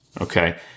Okay